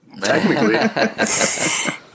Technically